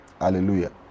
Hallelujah